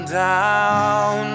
down